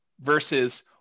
versus